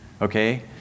okay